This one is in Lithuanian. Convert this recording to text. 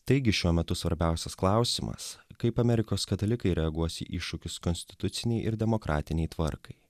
taigi šiuo metu svarbiausias klausimas kaip amerikos katalikai reaguos į iššūkius konstitucinei ir demokratinei tvarkai